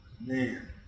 Man